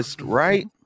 right